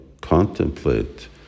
contemplate